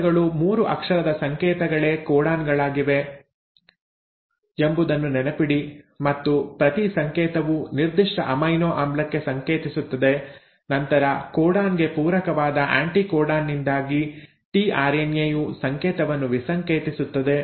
ಸಂಕೇತಗಳು 3 ಅಕ್ಷರದ ಸಂಕೇತಗಳೇ ಕೋಡಾನ್ ಗಳಾಗಿವೆ ಎಂಬುದನ್ನು ನೆನಪಿಡಿ ಮತ್ತು ಪ್ರತಿ ಸಂಕೇತವೂ ನಿರ್ದಿಷ್ಟ ಅಮೈನೊ ಆಮ್ಲಕ್ಕೆ ಸಂಕೇತಿಸುತ್ತದೆ ನಂತರ ಕೋಡಾನ್ ಗೆ ಪೂರಕವಾದ ಆ್ಯಂಟಿಕೋಡಾನ್ ನಿಂದಾಗಿ ಟಿಆರ್ಎನ್ಎ ಯು ಸಂಕೇತವನ್ನು ವಿಸಂಕೇತಿಸುತ್ತದೆ